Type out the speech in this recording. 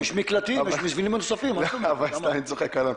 -- לא, יש מקלטים --- אני צוחק, אלון.